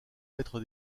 maître